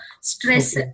stress